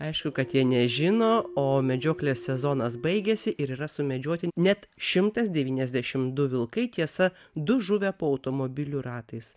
aišku kad jie nežino o medžioklės sezonas baigėsi ir yra sumedžioti net šimtas devyniasdešim du vilkai tiesa du žuvę po automobilių ratais